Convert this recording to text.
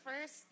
first